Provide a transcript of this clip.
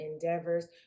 endeavors